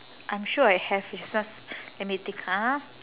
I'm sure I have just let me think ha